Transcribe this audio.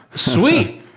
sweet!